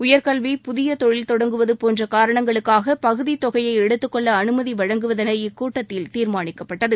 உயர்கல்வி புதிய தொழில் தொடங்குவது போன்ற காரணங்களுக்காக பகுதித்தொகையை எடுத்துக்கொள்ள அனுமதி வழங்குவதென இக்கூட்டத்தில் தீர்மானிக்கப்பட்டது